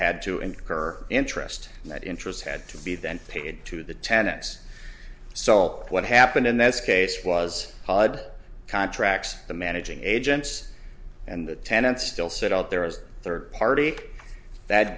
had to incur interest and that interest had to be then paid to the tenants sult what happened in this case was odd contracts the managing agents and the tenant still sit out there as a third party that